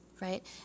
right